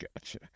gotcha